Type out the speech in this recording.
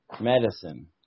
Medicine